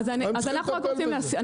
נכון, אבל הכול קשור.